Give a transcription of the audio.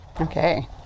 Okay